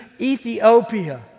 Ethiopia